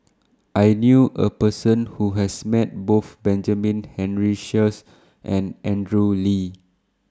I knew A Person Who has Met Both Benjamin Henry Sheares and Andrew Lee